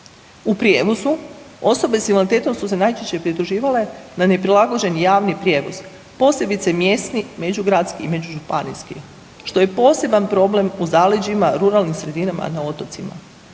U prijevozu osobe s invaliditetom su se najčešće prituživale na neprilagođen javni prijevoz, posebice mjesni, međugradski i međužupanijski što je poseban problem u zaleđima, ruralnim sredinama, na otocima.